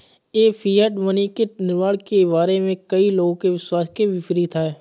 यह fiat money के निर्माण के बारे में कई लोगों के विश्वास के विपरीत है